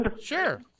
Sure